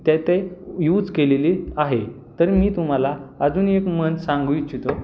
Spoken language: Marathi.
त्या ते यूज केलेली आहे तर मी तुम्हाला अजून एक म्हण सांगू इच्छितो